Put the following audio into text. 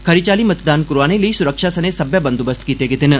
खेरी चाल्ली मतदान करौआने लेई सुरक्षा सने सब्बै बंदोबस्त कीते गेदे न